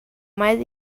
mais